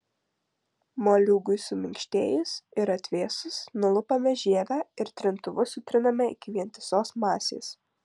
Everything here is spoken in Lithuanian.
moliūgui suminkštėjus ir atvėsus nulupame žievę ir trintuvu sutriname iki vientisos masės